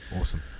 Awesome